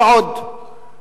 לא עוד.